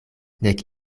nek